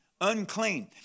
unclean